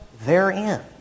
therein